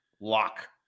lock